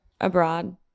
abroad